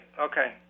Okay